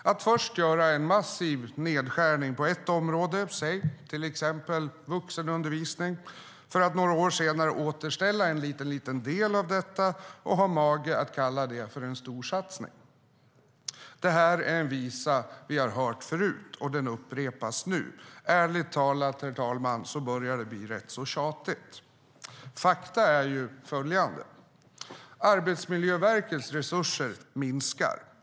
Man gör först en massiv nedskärning på ett område, till exempel vuxenundervisning, för att några år senare återställa en liten del av detta och har mage att kalla det för en storsatsning. Detta är en visa som vi har hört förut, och den upprepas nu. Ärligt talat börjar det bli rätt tjatigt. Fakta är följande: Arbetsmiljöverkets resurser minskar.